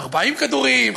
40 כדורים?